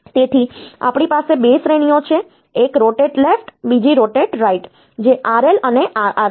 તેથી આપણી પાસે 2 શ્રેણીઓ છે એક રોટેટ લેફ્ટ બીજી રોટેટ રાઈટ જે RL અને RR છે